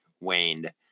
waned